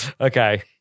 Okay